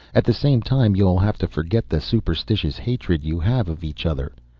at the same time you'll have to forget the superstitious hatred you have of each other.